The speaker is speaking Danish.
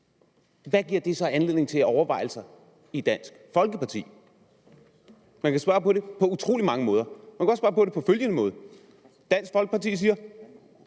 Hvad giver det så anledning til af overvejelser i Dansk Folkeparti? Man kan spørge om det på utrolig mange måder. Man kan også spørge om det på følgende måde: Dansk Folkeparti siger,